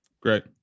Great